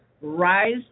rise